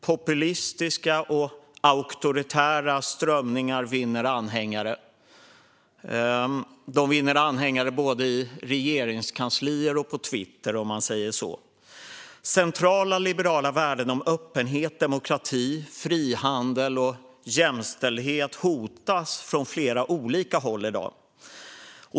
Populistiska och auktoritära strömningar vinner anhängare både i regeringskanslier och på Twitter, om man säger så. Centrala liberala värden som öppenhet, demokrati, frihandel och jämställdhet hotas i dag från flera olika håll.